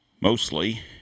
mostly